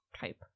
type